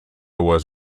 was